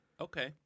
Okay